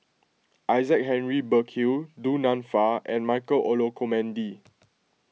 Isaac Henry Burkill Du Nanfa and Michael Olcomendy